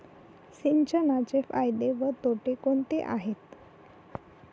सिंचनाचे फायदे व तोटे कोणते आहेत?